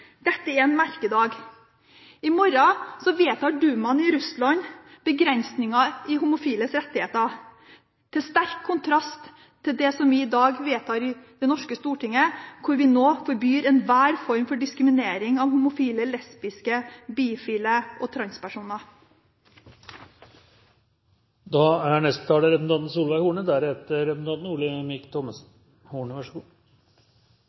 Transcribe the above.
Dette er en merkedag. I morgen vedtar Dumaen i Russland begrensninger i homofiles rettigheter, i sterk kontrast til det som vi i dag vedtar i Det norske storting, hvor vi nå forbyr enhver form for diskriminering av homofile, lesbiske, bifile og transpersoner. Fremskrittspartiet er imot enhver form for diskriminering basert på rase, religion og kjønn. La det være helt klart. Så